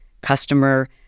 customer